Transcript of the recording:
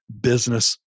business